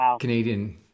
canadian